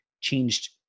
changed